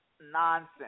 nonsense